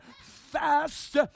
fast